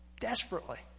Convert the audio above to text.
Desperately